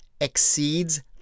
exceeds